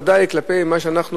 ודאי כלפי מה שאנחנו,